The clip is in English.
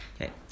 Okay